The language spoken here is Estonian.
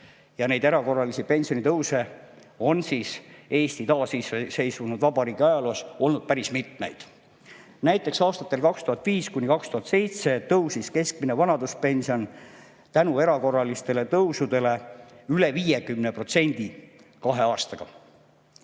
Neid erakorralisi pensionitõuse on Eesti taasiseseisvunud vabariigi ajaloos olnud päris mitmeid. Näiteks aastatel 2005–2007 tõusis keskmine vanaduspension tänu erakorralistele tõusudele üle 50% kahe aastaga.